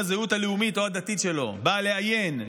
אם הזהות הלאומית או הדתית שלו באה לאיין,